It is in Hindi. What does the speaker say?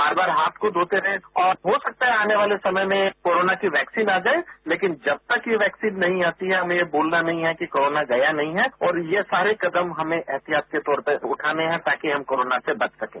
बार बार हाथ को धोते रहें और हो सकता है कि आने वाले समय में कोरोना की वैक्सीन आ जाए लेकिन जब तक ये वैक्सीन नहीं आती है हमें यह भूलना नहीं है कि कोरोना गया नहीं है और ये सारे कदम हमें एहतियात के तौर पर उठाने हैं ताकि हम कोरोना से बच सकें